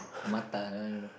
Mattar that one I don't know